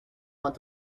want